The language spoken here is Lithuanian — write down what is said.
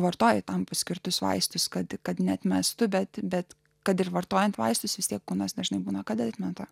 vartoja tam paskirtus vaistus kad kad neatmestų bet bet kad ir vartojant vaistus vis tiek kūnas dažnai būna kad atmeta